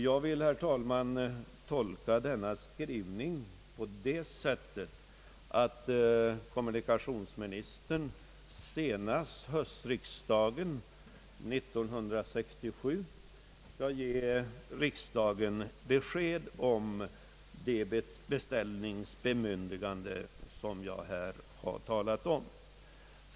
Jag vill, herr talman, tolka denna skrivning på det sättet, att kommunikationsministern senast under höstriksdagen 1967 skall ge riksdagen besked om det beställningsbemyndigande som jag här har talat om.